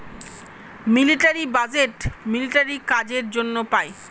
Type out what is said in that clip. military budget military কাজের জন্য পাই